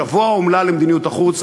שבוע אומלל למדיניות החוץ.